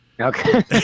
Okay